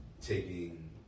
taking